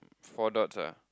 four dots ah